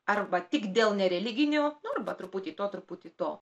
arba tik dėl nereliginio nu arba truputį to truputį to